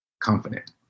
confident